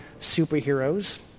superheroes